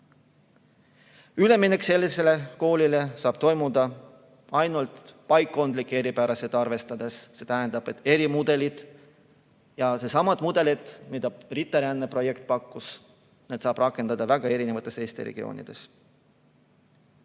Üleminek sellisele koolile saab toimuda ainult paikkondlikke eripärased arvestades. See tähendab erimudeleid, ja neidsamu mudeleid, mida RITA-rände projekt pakkus, saab rakendada väga erinevates Eesti regioonides.